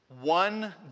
one